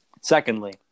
Secondly